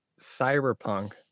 Cyberpunk